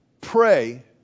Pray